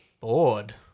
Bored